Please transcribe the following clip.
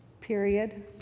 Period